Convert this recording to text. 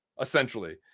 essentially